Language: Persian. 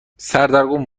سردرگم